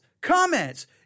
comments